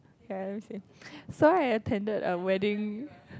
ya okay so I attended a wedding